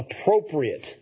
appropriate